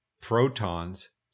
protons